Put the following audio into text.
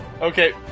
Okay